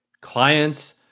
Clients